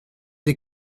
des